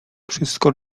wszystko